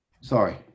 Sorry